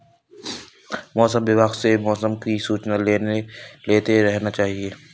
मौसम विभाग से मौसम की सूचना लेते रहना चाहिये?